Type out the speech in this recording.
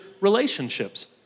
relationships